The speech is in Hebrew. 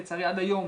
לצערי עד היום